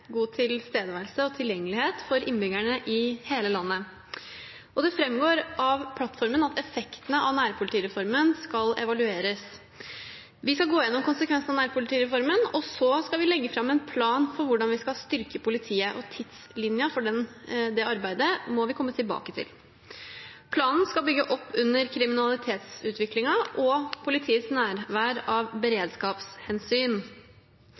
god tilstedeværelse og tilgjengelighet for innbyggerne i hele landet. Det framgår av plattformen at effektene av nærpolitireformen skal evalueres. Vi skal gå gjennom konsekvensene av nærpolitireformen, og så skal vi legge fram en plan for hvordan vi skal styrke politiet. Tidslinjen for det arbeidet må vi komme tilbake til. Planen skal bygge opp under kriminalitetsutviklingen og politiets nærvær av